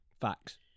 Facts